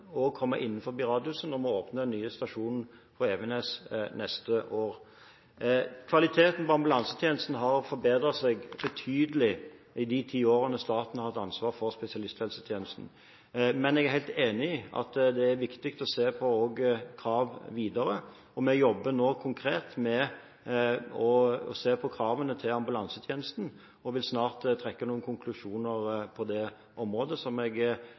komme innenfor radiusen når vi åpner en ny stasjon på Evenes neste år. Kvaliteten på ambulansetjenesten har forbedret seg betydelig i de ti årene staten har hatt ansvaret for spesialisthelsetjenesten. Men jeg er helt enig i at det også er viktig å se på krav videre, og vi jobber nå konkret med å se på kravene til ambulansetjenesten og vil snart trekke noen konklusjoner på det området som jeg